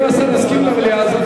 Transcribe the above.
השר מסכים למליאה?